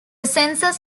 census